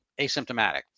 asymptomatic